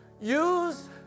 Use